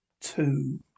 Two